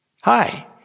Hi